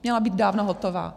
Měla být dávno hotová.